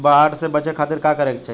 बाढ़ से बचे खातिर का करे के चाहीं?